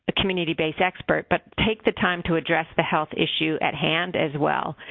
ah community based expert but take the time to address the health issue at hand as well.